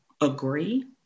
agree